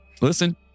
listen